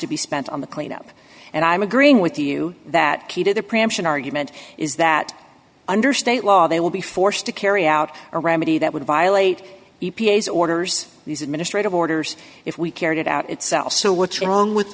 to be spent on the cleanup and i'm agreeing with you that key to the preemption argument is that under state law they will be forced to carry out around money that would violate e p a s orders these administrative orders if we carried it out itself so what's wrong with